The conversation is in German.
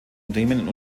unternehmen